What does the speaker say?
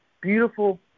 Beautiful